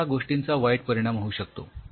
ह्या गोष्टींचा वाईट परिणाम होऊ शकतो